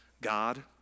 God